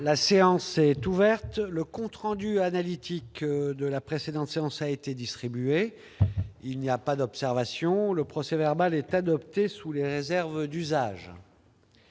La séance est ouverte.. Le compte rendu analytique de la précédente séance a été distribué. Il n'y a pas d'observation ?... Le procès-verbal est adopté sous les réserves d'usage.